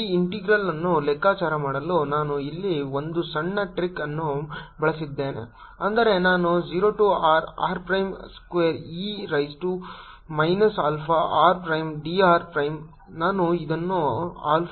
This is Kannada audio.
ಈ ಇಂಟೆಗ್ರಲ್ ಅನ್ನು ಲೆಕ್ಕಾಚಾರ ಮಾಡಲು ನಾನು ಇಲ್ಲಿ ಒಂದು ಸಣ್ಣ ಟ್ರಿಕ್ ಅನ್ನು ಬಳಸಲಿದ್ದೇನೆ ಅಂದರೆ ನಾನು 0 to r r prime square e raise to minus alpha r prime d r prime